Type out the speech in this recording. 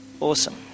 Awesome